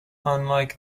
unlike